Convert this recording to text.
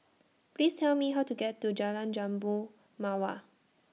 Please Tell Me How to get to Jalan Jambu Mawar